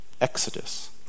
exodus